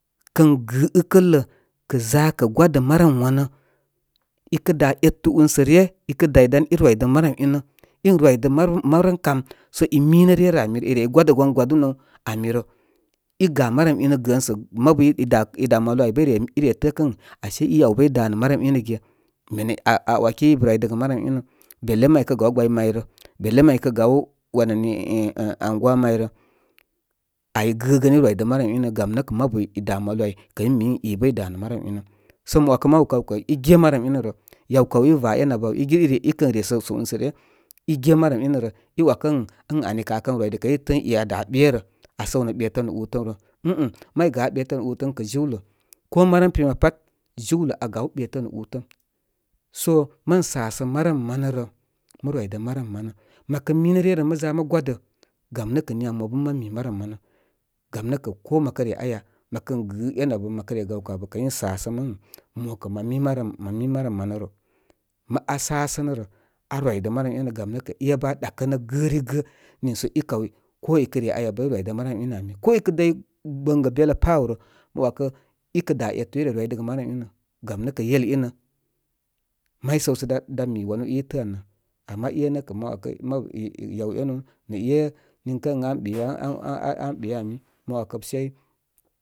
Kən gɨ ɨkal- lə kə za kə gwadə marəm wanə. Ikə dá etu únsə ryə, i kə day dan i rividə ma rəm inə. In rwidə marəm marəm ‘kam sə i minə re rə ami. I re i gwadə gwan gwadunu ami rə. I ga marəm inə gəəsə, mabu ida i dá malu ay bə ireren əəkə ən ashe i aw bə i dá nə marəm inə ge. Mene aa, aa ‘waki ibə rwi dəgə marəm inə. Bele ma ikə gaw, ɓawnə ayrə. Bele mai kə gaw wan ani əh əh anguwa may rə. Ay gəgən irwidə marəm inə gam nə kə mabu idá malu áy kəy mi ən i bə i dá nə marəm inə. Sə mə ‘wakə mabu kaw kə i ge marəm inə rə. Yaw kaw i ra én abə áw i ge ireikən re sə sə unsə ryə, ige marəm inə rə. i ‘wakə ən ani kə akən rwidə kə i təə ən é aa dá ɓerə. Aa səw nəɓe təm nə útəm rə. Nih nih, may gá ɓetəm nə útəm kə se jiwlə. Ko marəm piya pat, jiwlə aa gaw ɓe təm nə útəm. So mən sasə marəm manə rə, mə rwidə marəm manə. Məkə minə ryə rə mə za mə gwadə. Gam nəkə niya mo bə mə mi marəm manə gam nə kə ko mə kə re aya, məkən gɨ en abə mə re gəwkə abə kə insəsəm ən mokə mo mi marəm, mə mi marəm manə rə. Aa səsənərə. Aa rwidə marəm enə gam nə kə ébə aa ɗa kənə gəri gə niisə i kaw ko ikə re aya bə i rwidə marəm inə ani. Ko ikə, ko ikə dəy gbəngi belə paw rə, inə wakə, ikə dá etu i re rwidə gə marəm inə. Gam nə kə yel inə. May səw sə dá mi wanu i təə annə. Ama énə kə ma ‘wakə mabu yaw yaw enu nə é niŋkə ən an be aa, aa an ɓe áy, ma ‘wakə sey.